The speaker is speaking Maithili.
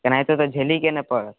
एनाहिते तऽ झेलही के ने पड़त